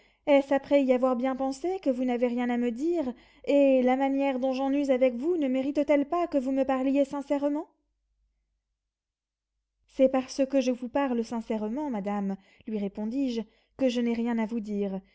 est-ce après y avoir bien pensé que vous n'avez rien à me dire et la manière dont j'en use avec vous ne mérite-t-elle pas que vous me parliez sincèrement c'est parce que je vous parle sincèrement madame lui répondis-je que je n'ai rien à vous dire